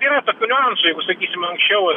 yra tokių niuansų jeigu sakysim anksčiau